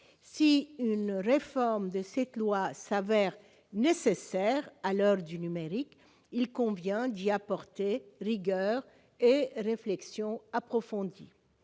Si une réforme de cette loi s'avère nécessaire à l'heure du numérique, il convient d'y apporter rigueur et réflexion approfondie.